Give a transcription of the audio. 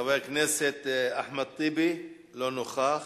חבר הכנסת אחמד טיבי, אינו נוכח.